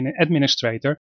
administrator